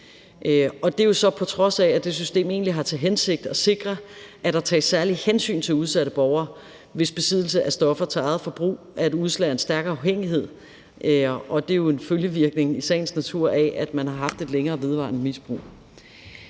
jo så på trods af, at det system egentlig har til hensigt at sikre, at der tages særlige hensyn til udsatte borgere, hvis besiddelse af stoffer til eget forbrug er et udslag af en stærk afhængighed, og det er jo i sagens natur en følgevirkning af, at man har haft et længere og vedvarende misbrug.